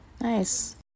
Nice